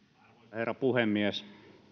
herra puhemies